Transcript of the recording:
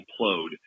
implode